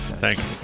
Thanks